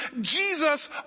Jesus